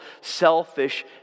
selfish